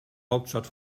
hauptstadt